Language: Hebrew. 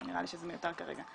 אבל נראה לי שזה מיותר כרגע.